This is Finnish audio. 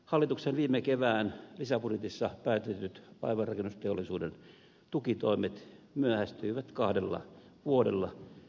hallituksen viime kevään lisäbudjetissa päätetyt laivanrakennusteollisuuden tukitoimet myöhästyivät kahdella vuodella